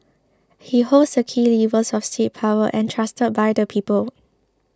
he holds the key levers of state power entrusted by the people